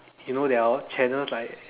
you know there are channels like